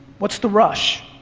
what's the rush?